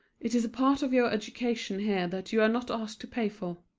it is a part of your education here that you are not asked to pay for.